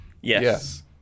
Yes